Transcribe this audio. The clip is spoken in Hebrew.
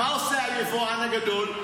מה עושה היבואן הגדול?